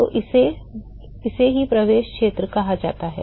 तो इसे ही प्रवेश क्षेत्र कहा जाता है